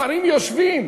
שרים יושבים,